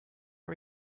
are